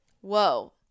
whoa